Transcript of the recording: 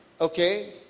okay